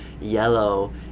yellow